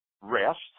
rest